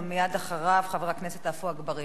מייד אחריו, חבר הכנסת עפו אגבאריה.